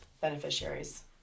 beneficiaries